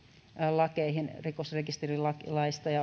lakeihin rikosrekisterilakiin